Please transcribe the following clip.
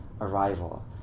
Arrival